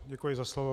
Děkuji za slovo.